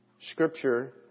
Scripture